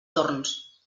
torns